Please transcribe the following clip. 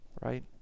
Right